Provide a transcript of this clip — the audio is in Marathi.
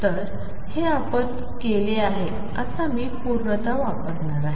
तर हे आपण केले आहे आता मी पूर्णता वापरणार आहे